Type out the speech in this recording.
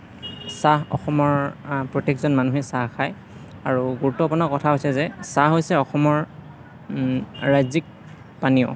চাহ অসমৰ প্ৰত্যেকজন মানুহে চাহ খায় আৰু গুৰুত্বপূৰ্ণ কথা হৈছে যে চাহ অসমৰ ৰাজ্যিক পানীয়